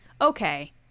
okay